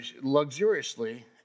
luxuriously